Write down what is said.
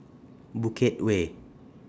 Bukit Way